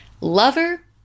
Lover